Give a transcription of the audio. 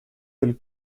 del